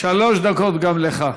שלוש דקות גם לך.